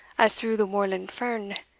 as through the moorland fern,